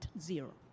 zero